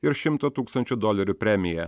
ir šimto tūkstančių dolerių premiją